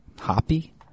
hoppy